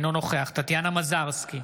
אינו נוכח טטיאנה מזרסקי,